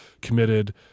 committed